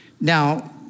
Now